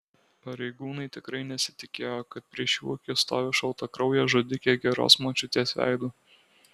pareigūnai tikrai nesitikėjo kad prieš jų akis stovi šaltakraujė žudikė geros močiutės veidu